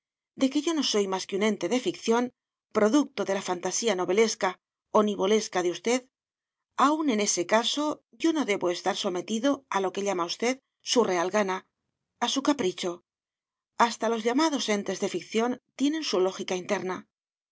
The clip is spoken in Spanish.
de que yo no soy más que un ente de ficción producto de la fantasía novelesca o nivolesca de usted aun en ese caso yo no debo estar sometido a lo que llama usted su real gana a su capricho hasta los llamados entes de ficción tienen su lógica interna